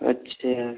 अच्छा